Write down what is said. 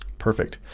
perfect,